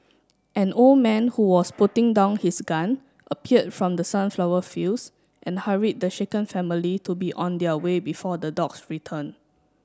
an old man who was putting down his gun appeared from the sunflower fields and hurried the shaken family to be on their way before the dogs return